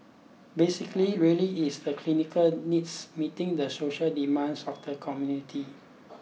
basically really it's the clinical needs meeting the social demands of the community